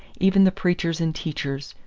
even the preachers and teachers,